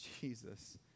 Jesus